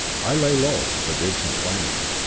i lay low, but did some planning.